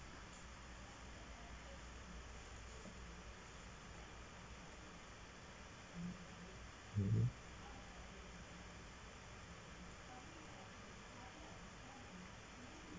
mmhmm